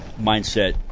mindset